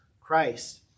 Christ